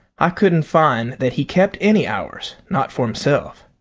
i couldn't find that he kept any hours not for himself.